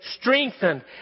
strengthened